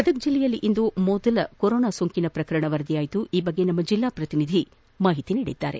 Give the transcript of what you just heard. ಗದಗ ಜಿಲ್ಲೆಯಲ್ಲಿ ಇಂದು ಮೊದಲ ಕೊರೊನಾ ಸೋಂಕಿನ ಪ್ರಕರಣ ವರದಿಯಾಗಿದ್ದು ಈ ಬಗ್ಗೆ ನಮ್ಮ ಜಿಲ್ಲಾಪ್ರತಿನಿಧಿ ಮಾಹಿತಿ ನೀಡಿದ್ದಾರೆ